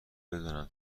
بدونم